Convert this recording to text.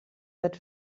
that